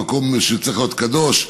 במקום שצריך להיות קדוש,